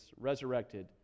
resurrected